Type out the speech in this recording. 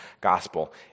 gospel